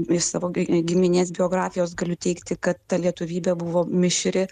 iš savo giminės biografijos galiu teigti kad ta lietuvybė buvo mišri